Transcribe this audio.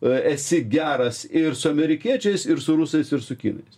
esi geras ir su amerikiečiais ir su rusais ir su kinais